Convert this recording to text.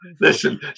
Listen